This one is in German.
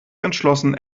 entschlossen